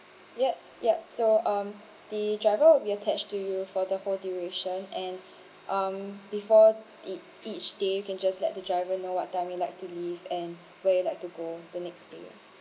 yes yup so um the driver will be attached to you for the whole duration and um before ea~ each day you can just let the driver know what time you'd like to leave and where you'd like to go the next day